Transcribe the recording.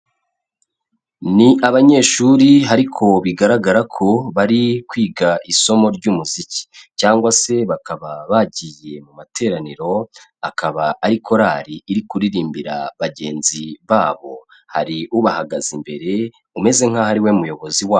Ni abanyeshuri ariko bigaragara ko bari kwiga isomo ry'umuziki cyangwa se bakaba bagiye mu materaniro, akaba ari korari iri kuririmbira bagenzi babo, hari ubahagaze imbere umeze nkaho ariwe muyobozi wabo.